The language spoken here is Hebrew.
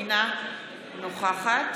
אינה נוכחת